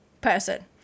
person